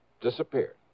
disappeared